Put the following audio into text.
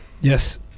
Yes